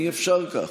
אי-אפשר ככה.